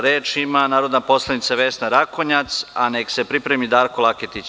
Reč ima narodna poslanica Vesna Rakonjac, a neka se pripremi Darko Laketić.